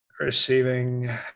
Receiving